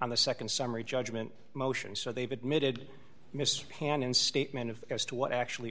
on the nd summary judgment motion so they've admitted mr pan in statement of as to what actually